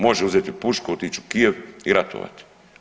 Može uzeti pušku, otići u Kijev i ratovati.